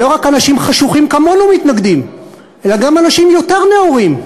שלא רק אנשים חשוכים כמונו מתנגדים לו אלא גם אנשים יותר נאורים,